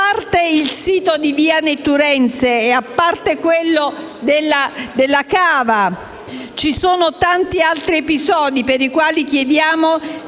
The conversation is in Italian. a parte il sito di via Nettunense e a parte quello della cava, ci sono tanti altri episodi per i quali a